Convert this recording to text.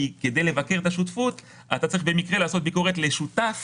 כי כדי לבקר את השותפות אתה צריך במקרה לעשות ביקורת לשותף.